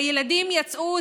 הילדים יצאו.